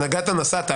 נגעת נסעת,